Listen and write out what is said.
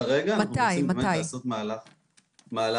כרגע אנחנו רוצים לעשות מהלך --- מתי?